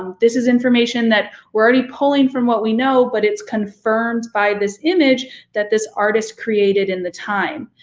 um this is information that we're already pulling from what we know, but it's confirmed by this image that this artist created in the time.